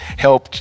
helped